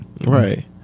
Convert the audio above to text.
right